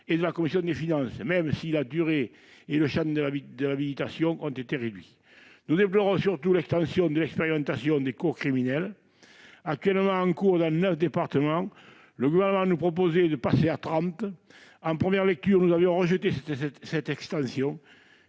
de la commission des finances- même si la durée et le champ de l'habilitation ont été réduits. Surtout, nous déplorons l'extension de l'expérimentation des cours criminelles. De neuf départements, le Gouvernement nous proposait de passer à trente ! En première lecture, nous avons rejeté cette extension,